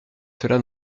cela